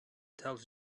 tells